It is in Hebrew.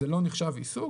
זה לא נחשב עיסוק,